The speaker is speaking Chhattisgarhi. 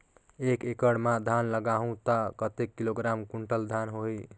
एक एकड़ मां धान लगाहु ता कतेक किलोग्राम कुंटल धान होही?